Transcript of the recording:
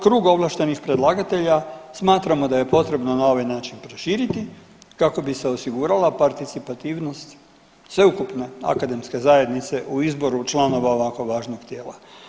Krug ovlaštenih predlagatelja smatramo da je potrebno na ovaj način proširiti kako bi se osigurala parcitipativnost sveukupne akademske zajednice u izboru članova ovako važnog tijela.